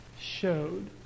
showed